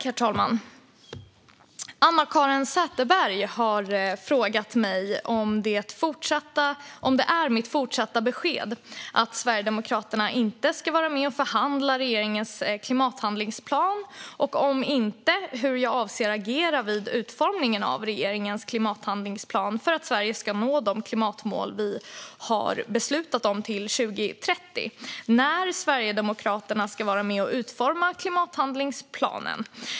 Herr talman! har frågat mig om det är mitt fortsatta besked att Sverigedemokraterna inte ska vara med och förhandla om regeringens klimathandlingsplan och, om inte, hur jag avser att agera vid utformningen av regeringens klimathandlingsplan för att Sverige ska nå de klimatmål vi beslutat om till 2030 när Sverigedemokraterna ska vara med och utforma klimathandlingsplanen.